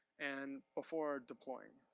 and before deploying.